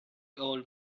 old